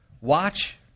Watch